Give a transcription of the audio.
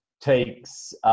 takes